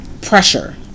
pressure